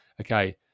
Okay